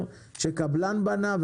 שהוא יבנה.